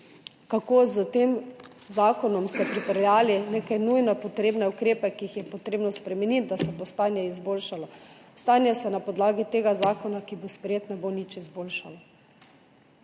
kako ste s tem zakonom pripeljali neke nujno potrebne ukrepe, ki jih je treba spremeniti, da se bo stanje izboljšalo. Stanje se na podlagi tega zakona, ki bo sprejet, ne bo nič izboljšalo.